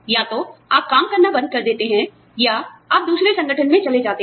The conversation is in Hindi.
या तो आप काम करना बंद कर देते हैं या आप दूसरे संगठन में चले जाते हैं